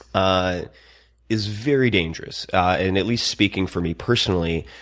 ah is very dangerous. and at least speaking for me personally,